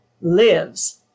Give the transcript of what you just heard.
lives